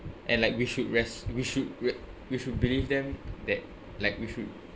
and like we should res~ we should re~ we should believe them that like we should